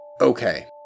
Okay